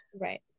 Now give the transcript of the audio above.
Right